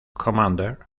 commander